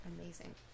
Amazing